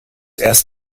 erst